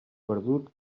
perdut